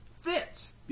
fits